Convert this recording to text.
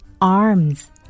arms